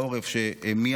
שם.